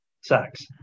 Sex